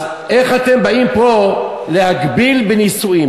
אז איך אתם באים להגביל פה בנישואין?